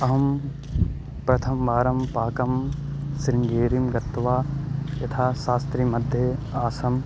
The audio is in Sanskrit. अहं प्रथमवारं पाकं शृङ्गेरिं गत्वा यदा शास्त्रीमध्ये आसम्